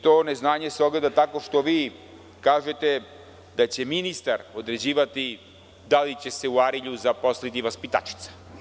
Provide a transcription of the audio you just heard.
To neznanje se ogleda tako što vi kažete da će ministar određivati da li će se u Arilju zaposliti vaspitačica.